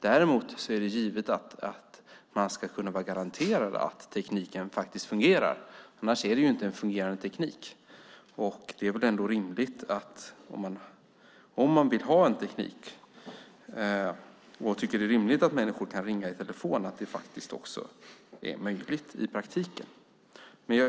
Däremot är det givet att man ska kunna vara garanterad att tekniken faktiskt fungerar. Annars är det inte en fungerande teknik. Om man vill ha en teknik och tycker att det är rimligt att människor kan ringa i telefon är det rimligt att det också är möjligt i praktiken.